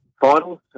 finals